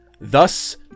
Thus